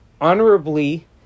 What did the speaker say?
honorably